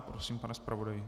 Prosím, pane zpravodaji.